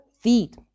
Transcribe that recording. feet